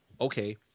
okay